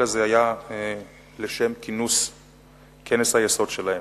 אלא זה היה לשם כינוס כנס היסוד שלהם.